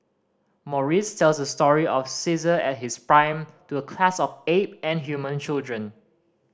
Maurice tells the story of Caesar at his prime to a class of ape and human children